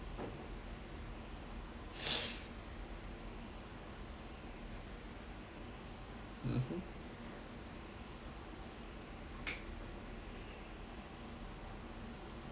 mmhmm